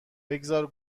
بگذار